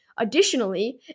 Additionally